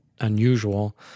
unusual